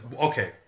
Okay